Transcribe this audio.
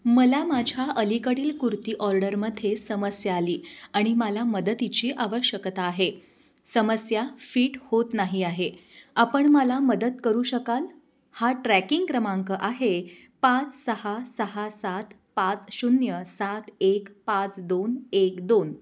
मला माझ्या अलीकडील कुर्ती ऑर्डरमध्ये समस्या आली आणि मला मदतीची आवश्यकता आहे समस्या फिट होत नाही आहे आपण मला मदत करू शकाल हा ट्रॅकिंग क्रमांक आहे पाच सहा सहा सात पाच शून्य सात एक पाच दोन एक दोन